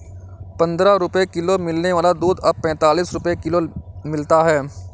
पंद्रह रुपए किलो मिलने वाला दूध अब पैंतालीस रुपए किलो मिलता है